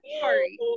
sorry